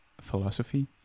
philosophy